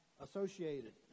associated